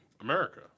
America